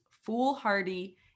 foolhardy